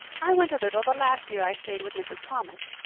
i went a little the last year i stayed with mrs. thomas.